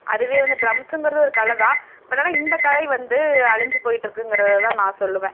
அதுவே வந்து ட்ரம்ஸுங்கிறது ஒரு கலைதான் பட் ஆனால் இந்த கலை வந்து அழிஞ்சி போயிகிட்டுருக்குங்கறத தான் நான் சொல்லுவேன்